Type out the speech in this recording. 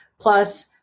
plus